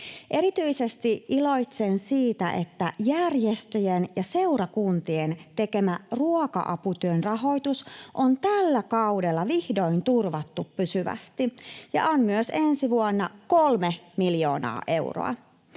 Erityisesti iloitsen siitä, että järjestöjen ja seurakuntien tekemän ruoka-aputyön rahoitus on tällä kaudella vihdoin turvattu pysyvästi ja on myös ensi vuonna kolme miljoonaa euroa.